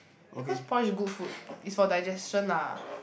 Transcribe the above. because porridge good food is for digestion lah